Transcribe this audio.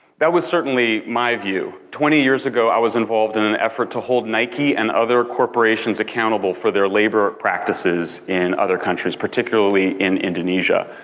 that was certainly my view. twenty years ago i was involved in an effort to hold nike and other corporations accountable for their labor practices in other countries, particularly in indonesia.